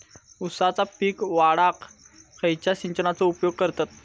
ऊसाचा पीक वाढाक खयच्या सिंचनाचो उपयोग करतत?